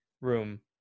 room